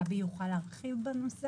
וגבי נבון יוכל להרחיב בנושא.